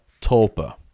tulpa